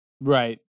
Right